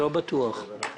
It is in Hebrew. זה לא מופיע בפקודת מס הכנסה,